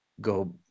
go